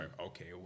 okay